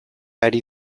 ari